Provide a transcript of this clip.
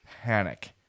panic